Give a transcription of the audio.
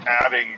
adding